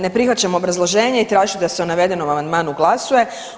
Ne prihvaćam obrazloženje i tražim da se o navedenom amandmanu glasuje.